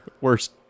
worst